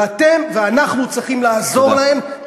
ואתם ואנחנו צריכים לעזור להם תודה.